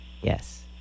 Yes